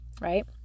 right